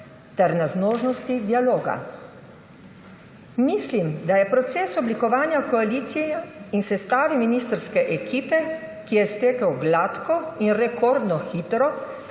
ter na zmožnosti dialoga. Mislim, da je proces oblikovanja koalicije in sestave ministrske ekipe, ki je stekel gladko in rekordno hitro,